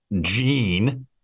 Gene